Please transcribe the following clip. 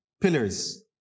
Pillars